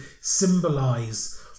symbolise